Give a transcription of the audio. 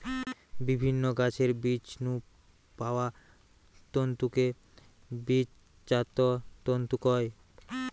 বিভিন্ন গাছের বীজ নু পাওয়া তন্তুকে বীজজাত তন্তু কয়